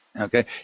Okay